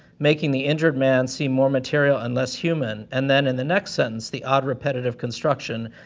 making the injured man seem more material and less human, and then, in the next sentence, the odd repetitive construction,